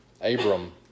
Abram